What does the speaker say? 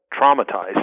traumatized